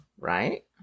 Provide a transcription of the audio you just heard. right